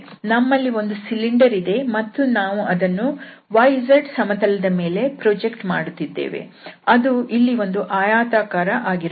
ನಮ್ಮಲ್ಲಿ ಒಂದು ಸಿಲಿಂಡರ್ ಇದೆ ಮತ್ತು ನಾವು ಅದನ್ನು yzಸಮತಲದ ಮೇಲೆ ಪ್ರೊಜೆಕ್ಟ್ ಮಾಡುತ್ತಿದ್ದೇವೆ ಅದು ಇಲ್ಲಿ ಒಂದು ಆಯತಾಕಾರ ಆಗಿರುತ್ತದೆ